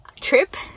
trip